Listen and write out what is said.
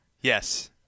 Yes